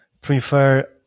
prefer